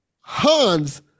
Hans